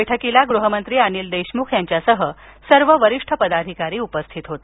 बैठकीला गृहमंत्री अनिल देशमुख यांच्यासह सर्व वरिष्ठ पदाधिकारी उपस्थित होते